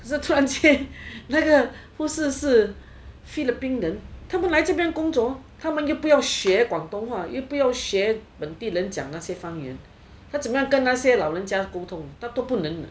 可是突然间那个护士是菲律宾人他们来这边工作他们又不要学广东话又不要学本地人讲的那些方圆他怎么跟那些老人家沟通她都不能